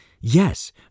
Yes